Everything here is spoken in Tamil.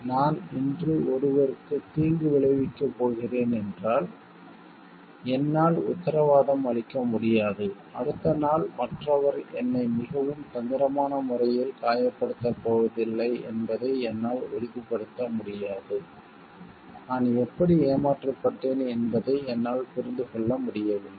நான் இன்று ஒருவருக்கு தீங்கு விளைவிக்கப் போகிறேன் என்றால் என்னால் உத்தரவாதம் அளிக்க முடியாது அடுத்த நாள் மற்றவர் என்னை மிகவும் தந்திரமான முறையில் காயப்படுத்தப் போவதில்லை என்பதை என்னால் உறுதிப்படுத்த முடியாது நான் எப்படி ஏமாற்றப்பட்டேன் என்பதை என்னால் புரிந்து கொள்ள முடியவில்லை